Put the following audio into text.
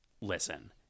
listen